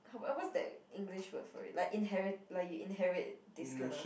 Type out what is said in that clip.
oh what's that english word for it like inherit like you inherit this kinda